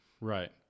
Right